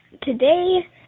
today